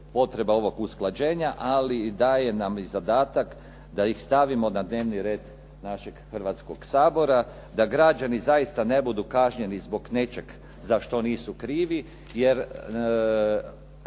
potreba ovog usklađenja ali i daje nam zadatak da ih stavimo na dnevni red našeg Hrvatskoga sabora, da građani zaista ne budu kažnjeni zbog nečega za što nisu krivi jer